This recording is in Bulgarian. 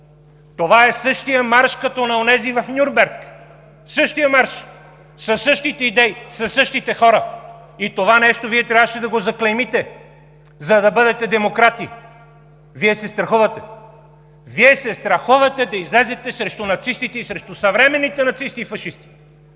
Това е същият марш, като на онези в Нюрнберг, същият марш, със същите идеи, със същите хора, и това нещо Вие трябваше да го заклеймите, за да бъдете демократи. Вие се страхувате! Вие се страхувате да излезете срещу нацистите и срещу съвременните нацисти и фашисти.